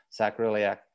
sacroiliac